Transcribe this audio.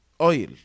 oil